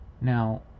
Now